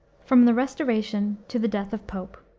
from the restoration to the death of pope.